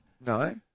No